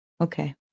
Okay